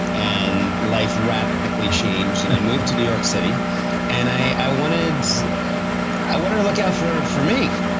and life radically changed and i moved to new york city and i wanted i wanted to look out for for me.